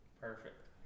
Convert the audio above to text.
Perfect